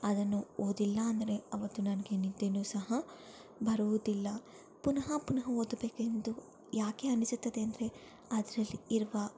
ಅದನ್ನು ಓದಿಲ್ಲ ಅಂದರೆ ಅವತ್ತು ನನಗೆ ನಿದ್ದೇನು ಸಹ ಬರುವುದಿಲ್ಲ ಪುನಃ ಪುನಃ ಓದಬೇಕೆಂದು ಯಾಕೆ ಅನಿಸುತ್ತದೆ ಅಂದರೆ ಅದರಲ್ಲಿ ಇರುವ